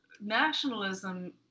nationalism